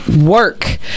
work